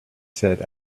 said